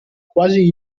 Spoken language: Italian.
quasi